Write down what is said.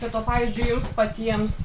bet o pavyzdžiui jums patiems